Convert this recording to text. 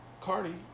Cardi